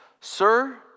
Sir